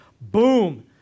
boom